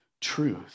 truth